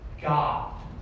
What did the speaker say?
God